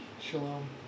Shalom